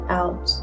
out